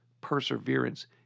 perseverance